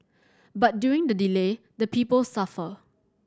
but during the delay the people suffer